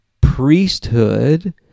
priesthood